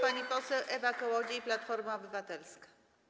Pani poseł Ewa Kołodziej, Platforma Obywatelska.